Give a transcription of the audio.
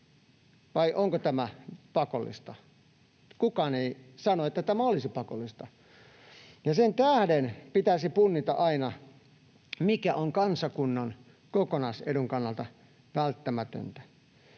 Vai onko tämä pakollista? Kukaan ei sano, että tämä olisi pakollista. Sen tähden pitäisi punnita aina, mikä on kansakunnan kokonaisedun kannalta välttämätöntä.